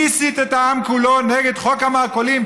מי הסית את העם כולו נגד חוק המרכולים,